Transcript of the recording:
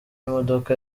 imodoka